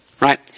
Right